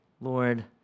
Lord